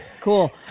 Cool